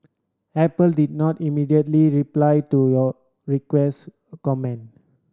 apple did not immediately reply to your request a comment